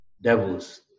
devils